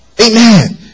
Amen